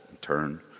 turn